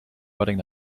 wedding